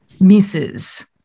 misses